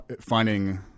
finding